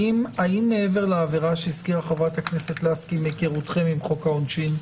האם מעבר לעבירה שהזכירה חברת הכנסת לסקי מהיכרותכם את חוק העונשין,